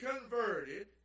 converted